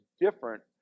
different